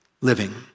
living